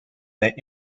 that